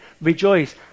Rejoice